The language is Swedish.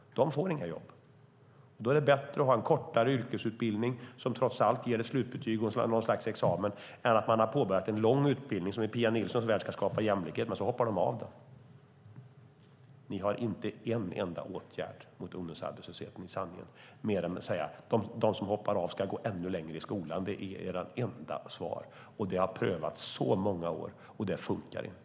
De får inga jobb. Då är det bättre att ha en kortare yrkesutbildning som trots allt ger ett slutbetyg och något slags examen än att man har påbörjat en lång utbildning som i Pia Nilssons värld ska skapa jämlikhet men som man hoppar av. Ni har inte en enda åtgärd mot ungdomsarbetslösheten mer än att säga: De som hoppar av ska gå ännu längre i skolan. Det är ert enda svar. Det har prövats under många år, och det funkar inte.